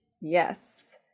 Yes